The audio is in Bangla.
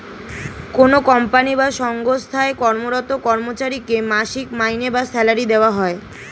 কোনো কোম্পানি বা সঙ্গস্থায় কর্মরত কর্মচারীকে মাসিক মাইনে বা স্যালারি দেওয়া হয়